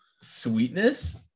Sweetness